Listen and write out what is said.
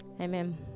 amen